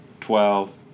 twelve